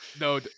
No